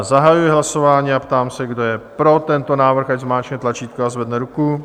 Zahajuji hlasování a ptám se, kdo je pro tento návrh, zmáčkne tlačítko a zvedne ruku.